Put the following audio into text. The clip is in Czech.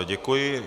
Děkuji.